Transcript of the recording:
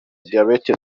diabète